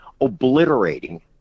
obliterating